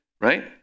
right